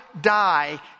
die